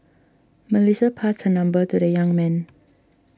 Melissa passed her number to the young man